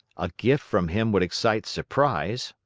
a gift from him would excite surprise,